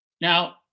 Now